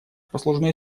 послужной